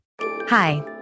Hi